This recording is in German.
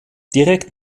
direkt